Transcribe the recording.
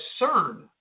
CERN